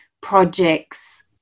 projects